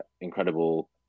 incredible